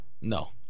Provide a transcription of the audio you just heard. No